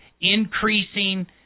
increasing